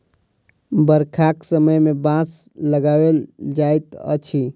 बरखाक समय मे बाँस लगाओल जाइत अछि